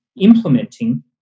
implementing